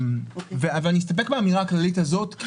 אסתפק באמירה הכללית הזאת.